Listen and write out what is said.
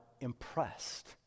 impressed